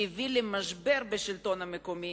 שהביא למשבר בשלטון המקומי,